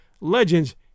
Legends